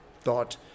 thought